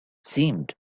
seemed